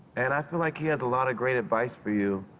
and i feel like he has a lot of great advice for you.